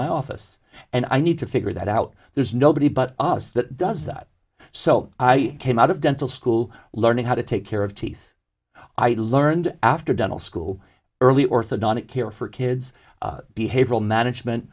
my office and i need to figure that out there's nobody but us that does that so i came out of dental school learning how to take care of teeth i learned after dental school early orthodontic care for kids behavioral management